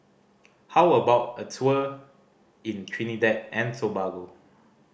how about a tour in Trinidad and Tobago